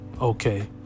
okay